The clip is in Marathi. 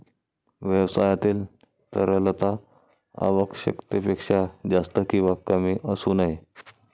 व्यवसायातील तरलता आवश्यकतेपेक्षा जास्त किंवा कमी असू नये